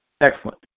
Excellent